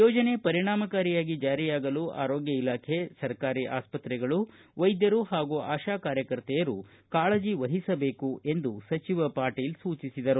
ಯೋಜನೆ ಪರಿಣಾಮಕಾರಿಯಾಗಿ ಜಾರಿಯಾಗಲು ಆರೋಗ್ಯ ಇಲಾಖೆ ಸರ್ಕಾರಿ ಆಸ್ವತ್ರೆಗಳು ವೈದ್ಯರು ಹಾಗೂ ಆಶಾ ಕಾರ್ಯಕರ್ತೆಯರು ಕಾಳಜಿವಹಿಸಬೇಕು ಎಂದು ಸಚಿವ ಪಾಟೀಲ ಸೂಚಿಸಿದರು